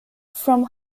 from